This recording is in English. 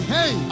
Hey